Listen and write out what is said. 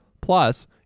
Plus